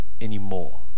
anymore